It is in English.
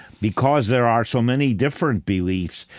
because there are so many different beliefs,